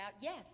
yes